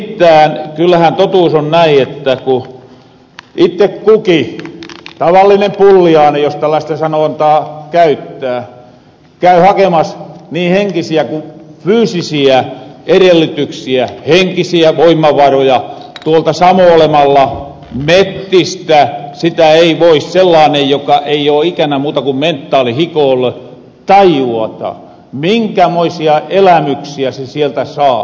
nimittään kyllähän totuus on näin että ku itte kukin tavallinen pulliaanen jos tällaasta sanontaa käyttää käy hakemas niin henkisiä kuin fyysisiä erellytyksiä henkisiä voimavaroja tuolla samoolemalla mettissä sitä ei voi sellaanen joka ei oo ikänä muuta kun mentaalihikoollu tajuta minkämoisia elämyksiä se sieltä saa